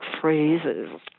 phrases